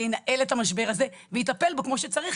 ינהל את המשבר הזה ויטפל בו כמו שצריך,